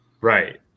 Right